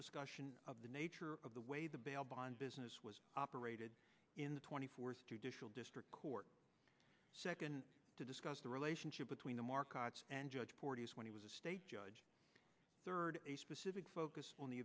discussion of the nature of the way the bail bond business was operated in the twenty fourth district court second to discuss the relationship between the markets and judge porteous when he was a state judge third a specific focus on the